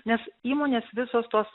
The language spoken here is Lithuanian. nes įmonės visos tos